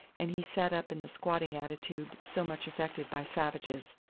and he sat up in the squatting attitude so much affected by savages.